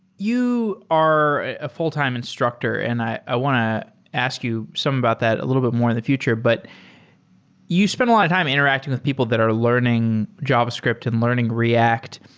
you are a full-time instructor, and i want to ask you some about that a little more in the future. but you spent a lot of time interacting with people that are learning javascript and learning react,